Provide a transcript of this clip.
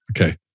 Okay